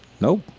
Nope